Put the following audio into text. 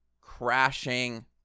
Crashing